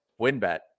WinBet